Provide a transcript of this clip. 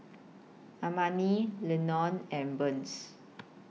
Amani Lenon and Burns